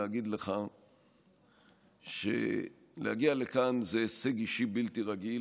אני רוצה להגיד לך שלהגיע לכאן זה הישג אישי בלתי רגיל,